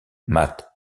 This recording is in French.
matt